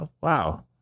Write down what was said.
wow